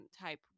type